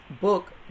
book